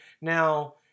Now